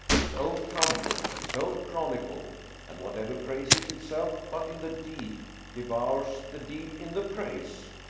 his own trumpet, his own chronicle and whatever praises itself but in the deed devours the deed in the praise.